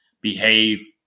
behave